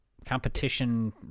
competition